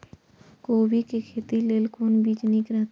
कोबी के खेती लेल कोन बीज निक रहैत?